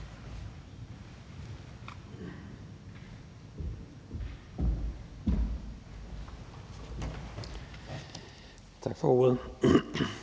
Tak for ordet.